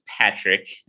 Patrick